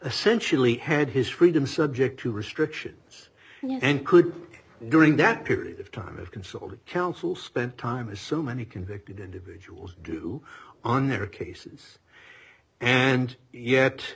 essentially had his freedom subject to restrictions and could during that period of time of consulting counsel spent time as so many convicted individuals do on their cases and yet